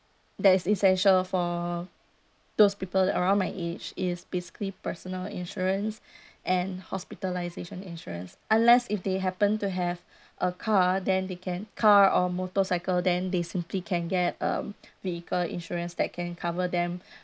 that is essential for those people around my age is basically personal insurance and hospitalisation insurance unless if they happen to have a car then they can car or motorcycle then they simply can get um vehicle insurance that can cover them